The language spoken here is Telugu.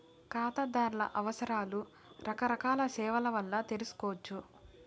కాతాదార్ల అవసరాలు రకరకాల సేవల్ల వల్ల తెర్సొచ్చు